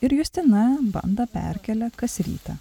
ir justina bandą perkelia kas rytą